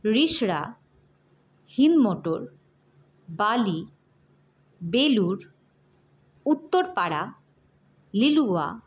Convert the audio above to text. Rishra Hindmotor Bally Belur Uttarpara Liluah